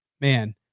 man